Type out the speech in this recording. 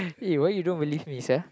eh why you don't believe me sia